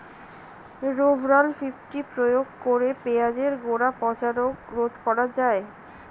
Rovral fifty প্রয়োগ করে পেঁয়াজের গোড়া পচা রোগ রোধ করা যায়?